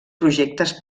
projectes